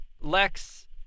Lex